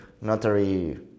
notary